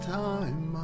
time